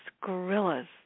gorillas